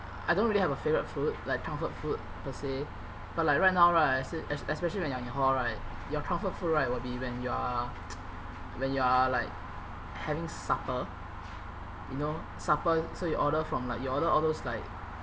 I don't really have a favourite food like comfort food per se but like right now right espe~ es~ especially when you are in hall right your comfort food right will be when you are when you are like having supper you know supper so you order from like you order all those like